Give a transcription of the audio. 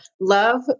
love